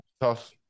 tough